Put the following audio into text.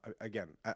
again